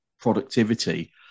productivity